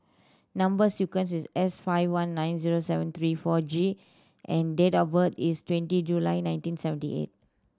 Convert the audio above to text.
number sequence is S five one nine zero seven three four G and date of birth is twenty July nineteen seventy eight